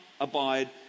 abide